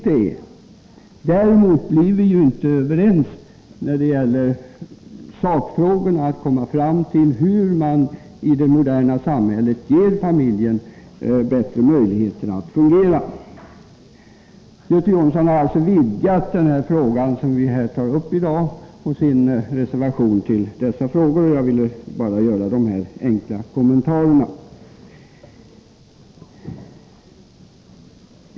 Däremot är vi inte överens i sakfrågorna, om hur man i det moderna samhället ger familjen bättre möjligheter att fungera. Göte Jonsson har alltså vidgat den fråga vi i dag behandlar, där han har avgivit en reservation. Jag ville bara göra dessa enkla kommentarer.